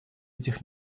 этих